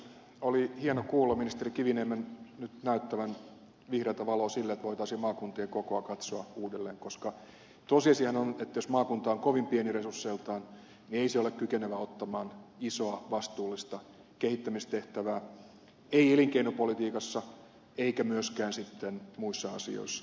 oli hieno kuulla ministeri kiviniemen nyt näyttävän vihreätä valoa sille että voitaisiin maakuntien kokoa katsoa uudelleen koska tosiasiahan on että jos maakunta on kovin pieni resursseiltaan niin ei se ole kykenevä ottamaan isoa vastuullista kehittämistehtävää ei elinkeinopolitiikassa eikä myöskään sitten muissa asioissa